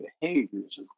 behaviors